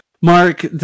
Mark